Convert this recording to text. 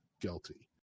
guilty